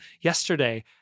yesterday